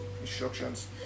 instructions